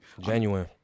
genuine